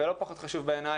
ולא פחות חשוב בעיניי,